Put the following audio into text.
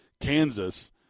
Kansas